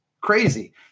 crazy